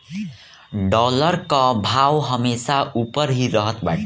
dollar कअ भाव हमेशा उपर ही रहत बाटे